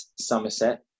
Somerset